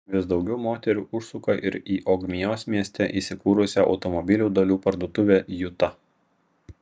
vis daugiau moterų užsuka ir į ogmios mieste įsikūrusią automobilių dalių parduotuvę juta